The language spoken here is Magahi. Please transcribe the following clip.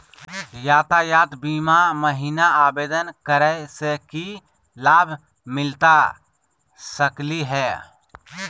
यातायात बीमा महिना आवेदन करै स की लाभ मिलता सकली हे?